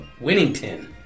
Winnington